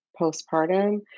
postpartum